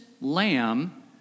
Lamb